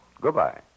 Goodbye